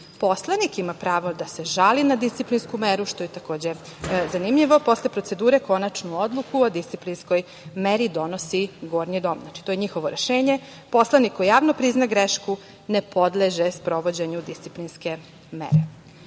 ima pravo da se žali na disciplinsku meru, što je takođe zanimljivo. Posle procedure, konačnu odluku o disciplinskoj meri donosi Gornji dom. Znači, to je njihovo rešenje. Poslanik koji javno prizna grešku ne podleže sprovođenju disciplinske